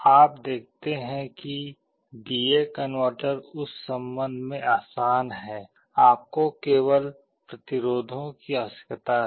आप देखते हैं कि डी ए कनवर्टर उस संबंध में आसान है आपको केवल प्रतिरोधों की आवश्यकता है